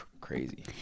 crazy